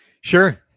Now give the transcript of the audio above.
Sure